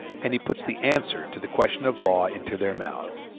and he puts the answer to the question of law into their mouths.